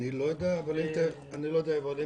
אני לא יודע, אבל אם